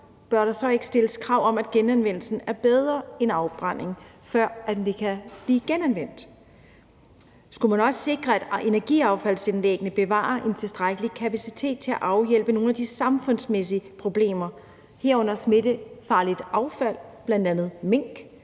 Bør der så ikke stilles krav om, at genanvendelseskvaliteten er bedre, end den er til forbrænding, før affaldet kan blive genanvendt? Skulle man også sikre, at energiaffaldsanlæggene bevarer en tilstrækkelig kapacitet til at afhjælpe nogle af de samfundsmæssige problemer, herunder problemer med smittefarligt affald som bl.a. mink